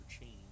change